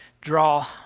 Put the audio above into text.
draw